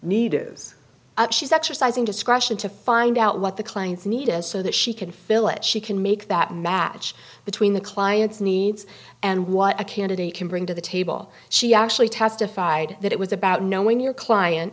need is she's exercising discretion to find out what the client's need is so that she can fill it she can make that match between the client's needs and what a candidate can bring to the table she actually testified that it was about knowing your client